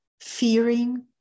fearing